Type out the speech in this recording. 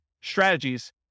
strategies